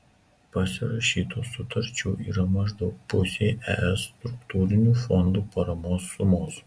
pasirašytų sutarčių yra maždaug pusei es struktūrinių fondų paramos sumos